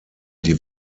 die